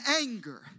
anger